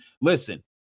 listen